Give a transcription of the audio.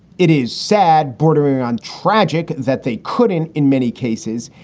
it is sad, bordering on tragic that they couldn't in many cases.